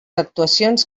actuacions